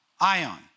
ion